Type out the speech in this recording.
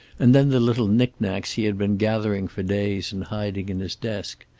and then the little knickknacks he had been gathering for days and hiding in his desk.